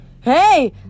Hey